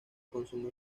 consume